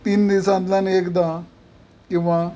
तीन दिसांतल्यान एकदा किंवा